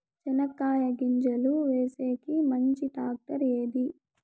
చెనక్కాయ గింజలు వేసేకి మంచి టాక్టర్ ఏది?